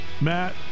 Matt